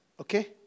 okay